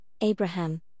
Abraham